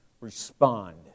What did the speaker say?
respond